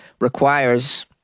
requires